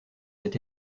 cet